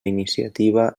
iniciativa